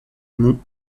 monts